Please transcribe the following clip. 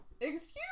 Excuse